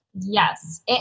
Yes